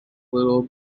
little